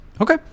Okay